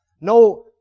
No